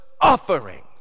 offering